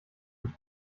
mich